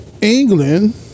England